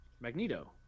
Magneto